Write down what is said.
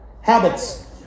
habits